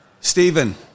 Stephen